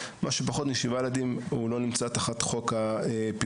מה שפחות משבעה ילדים לא נמצא תחת חוק הפיקוח.